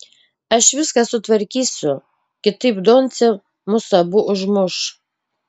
aš viską sutvarkysiu kitaip doncė mus abu užmuš